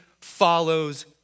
follows